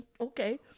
Okay